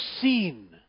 seen